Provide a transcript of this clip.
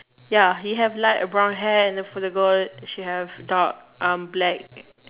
ya he have light brown hair and for the girl she have dark um black